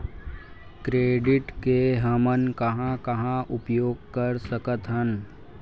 Credit के हमन कहां कहा उपयोग कर सकत हन?